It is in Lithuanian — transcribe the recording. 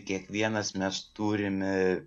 kiekvienas mes turime